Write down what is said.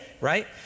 Right